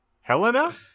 Helena